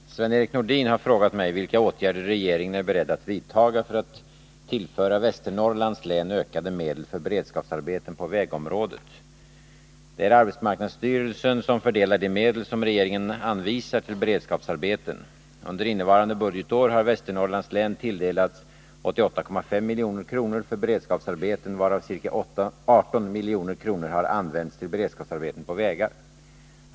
Herr talman! Sven-Erik Nordin har frågat mig vilka åtgärder regeringen är beredd att vidta för att tillföra Västernorrlands län ökade medel för beredskapsarbeten på vägområdet. Det är arbetsmarknadsstyrelsen som fördelar de medel som regeringen anvisar till beredskapsarbeten. Under innevarande budgetår har Västernorrlands län tilldelats 88,5 milj.kr. för beredskapsarbeten, varav ca 18 milj.kr. har använts till beredskapsarbeten på vägar.